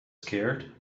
scared